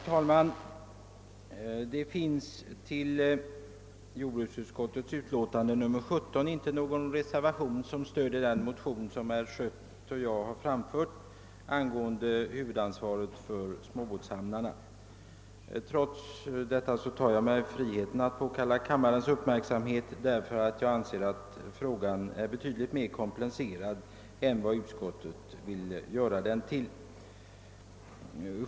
Herr talman! Till jordbruksutskottets utlåtande nr 17 finns det inte någon reservation som stöder den motion som herr Schött och jag har framfört angående huvudansvaret för småbåtshamnarna. Trots detta tar jag mig friheten att påkalla kammarens uppmärksamhet, därför att jag anser att frågan är betydligt mer komplicerad än vad utskottet vill göra den till.